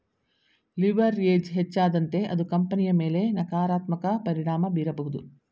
leverage ಹೆಚ್ಚಾದಂತೆ ಅದು ಕಂಪನಿಯ ಮೇಲೆ ನಕಾರಾತ್ಮಕ ಪರಿಣಾಮ ಬೀರಬಹುದು